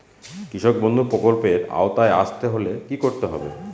কৃষকবন্ধু প্রকল্প এর আওতায় আসতে হলে কি করতে হবে?